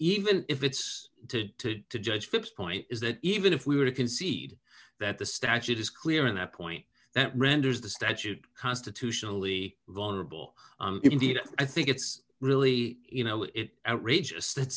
even if it's to the judge phipps point is that even if we were to concede that the statute is clear and a point that renders the statute constitutionally vulnerable indeed i think it's really you know it outrageous that